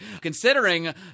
considering